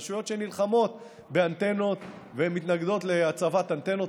רשויות שנלחמות באנטנות ומתנגדות להצבת אנטנות,